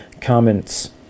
comments